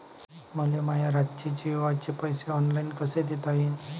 मले माया रातचे जेवाचे पैसे ऑनलाईन कसे देता येईन?